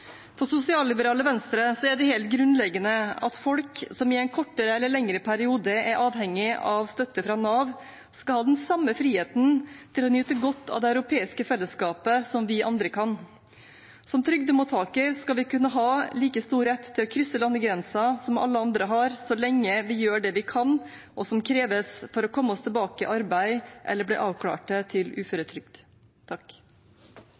For sosialliberale Venstre er det helt grunnleggende at folk som i en kortere eller lengre periode er avhengige av støtte fra Nav, skal ha den samme friheten til å nyte godt av det europeiske fellesskapet som oss andre. Som trygdemottaker skal man kunne ha like stor rett til å krysse landegrenser som alle andre, så lenge de gjør det de kan og som kreves for å komme tilbake i arbeid eller bli avklart til